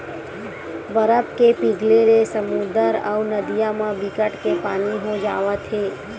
बरफ के पिघले ले समुद्दर अउ नदिया म बिकट के पानी हो जावत हे